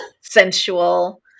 sensual